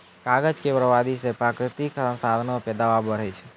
कागज के बरबादी से प्राकृतिक साधनो पे दवाब बढ़ै छै